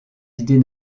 idées